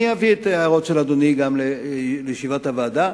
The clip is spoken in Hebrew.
אני אביא את ההערות של אדוני גם לישיבת הוועדה.